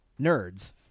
nerds